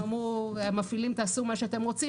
הם אמרו למפעילים: תעשו מה שאתם רוצים,